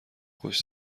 خوش